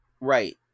right